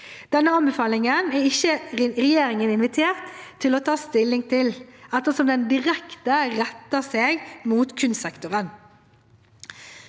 Denne anbefalingen er ikke regjeringen invitert til å ta stilling til, ettersom den retter seg direkte mot kunstsektoren.